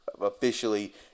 officially